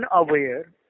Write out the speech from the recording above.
unaware